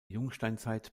jungsteinzeit